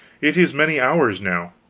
it is many hours now.